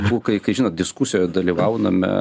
bukai kai žinot diskusijoje dalyvauname